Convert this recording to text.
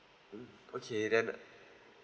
mm okay then